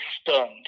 stunned